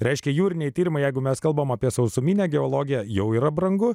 reiškia jūriniai tyrimai jeigu mes kalbame apie sausuminę geologiją jau yra brangu